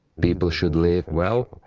people should live well,